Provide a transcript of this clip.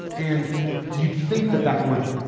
and you'd think that that would